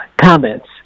comments